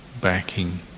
backing